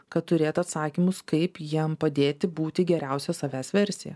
kad turėt atsakymus kaip jiem padėti būti geriausia savęs versija